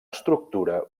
estructura